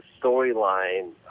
storyline